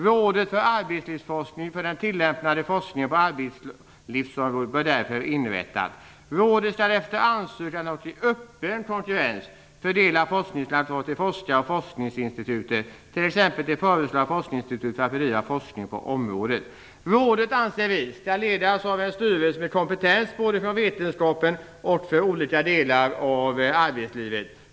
Rådet för arbetslivsforskning för den tillämpade forskningen på arbetslivsområdet bör därför inrättas. Rådet skall efter ansökan och i öppen konkurrens fördela forskningsanslag till forskare och forskningsinstitutioner, t.ex. det föreslagna forskningstinstitutet, för att bedriva forskning på området. Rådet, anser vi, skall ledas av en styrelse med kompetens både från vetenskapen och från olika delar av arbetslivet.